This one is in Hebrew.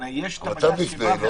הרי יש את הבג"ץ שאמר: